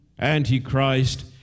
Antichrist